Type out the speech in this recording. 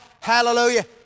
hallelujah